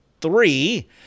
three